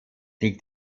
liegt